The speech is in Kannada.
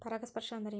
ಪರಾಗಸ್ಪರ್ಶ ಅಂದರೇನು?